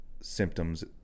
symptoms